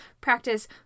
practice